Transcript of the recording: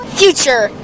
future